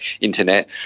internet